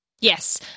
Yes